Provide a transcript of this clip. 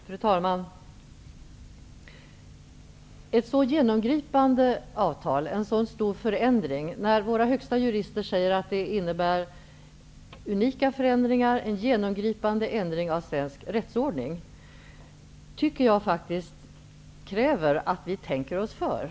Fru talman! Ett så genomgripande avtal, som enligt våra högsta jurister innebär unika förändringar av svensk rättsordning, kräver att vi tänker oss för.